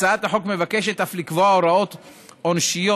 הצעת החוק מבקשת אף לקבוע הוראות עונשיות